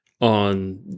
on